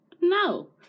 no